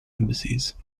embassies